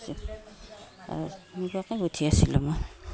সেনেকুৱাকৈ গোঁঠি আছিলোঁ মই